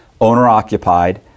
owner-occupied